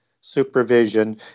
supervision